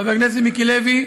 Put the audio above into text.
חבר הכנסת מיקי לוי,